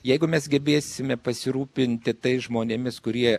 jeigu mes gebėsime pasirūpinti tais žmonėmis kurie